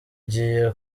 kigiye